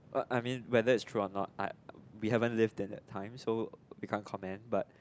but I mean whether it's true or not I we haven't lived in that time so we can't comment but